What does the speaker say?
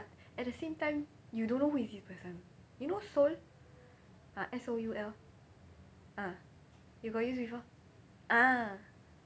at the same time you don't know who is this person you know soul ah S O U L ah you got use before ah